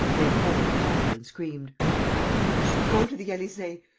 laid hold of prasville and screamed you shall go to the elysee.